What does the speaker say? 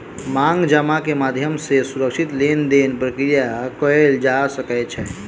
मांग जमा के माध्यम सॅ सुरक्षित लेन देनक प्रक्रिया कयल जा सकै छै